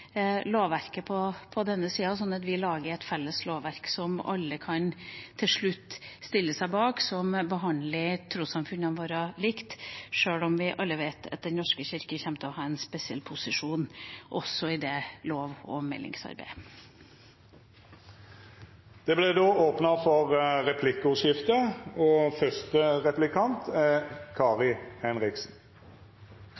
lovverket på dette området, slik at vi lager et felles lovverk som alle til slutt kan stille seg bak, og som behandler trossamfunnene våre likt, sjøl om vi alle vet at Den norske kirke kommer til å ha en spesiell posisjon også i dette lov- og